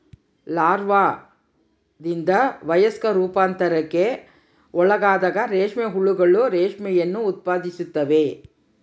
ಲಾರ್ವಾದಿಂದ ವಯಸ್ಕ ರೂಪಾಂತರಕ್ಕೆ ಒಳಗಾದಾಗ ರೇಷ್ಮೆ ಹುಳುಗಳು ರೇಷ್ಮೆಯನ್ನು ಉತ್ಪಾದಿಸುತ್ತವೆ